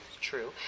true